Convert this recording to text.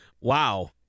Wow